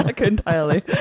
entirely